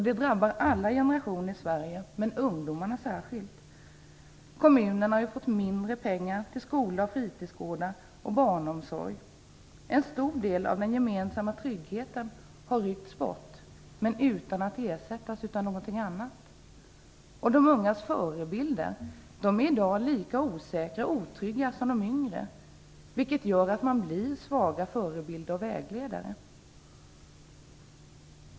Det drabbar alla generationer i Sverige men särskilt ungdomarna. Kommunerna har fått mindre pengar till skolor, fritidsgårdar och barnomsorgen. En stor del av den gemensamma tryggheten har ryckts bort utan att ersättas av någonting annat. De ungas förebilder är i dag lika osäkra och otrygga som de själva, vilket gör att de blir svaga förebilder och vägledare.